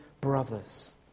brothers